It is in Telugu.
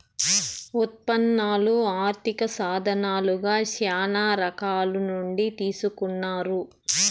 ఉత్పన్నాలు ఆర్థిక సాధనాలుగా శ్యానా రకాల నుండి తీసుకున్నారు